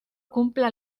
cumpla